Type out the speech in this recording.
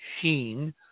sheen